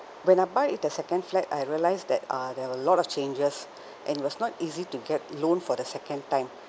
when I buy the second flat I realized that uh there were a lot of changes and it was not easy to get loan for the second time